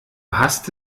hast